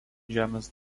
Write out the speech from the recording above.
žemės